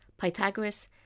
Pythagoras